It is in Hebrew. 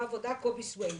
קובי סוויד